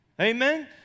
Amen